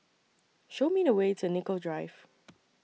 Show Me The Way to Nicoll Drive